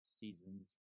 seasons